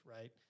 right